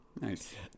Nice